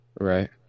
Right